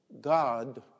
God